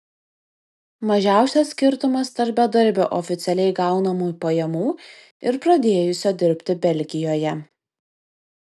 mažiausias skirtumas tarp bedarbio oficialiai gaunamų pajamų ir pradėjusio dirbti belgijoje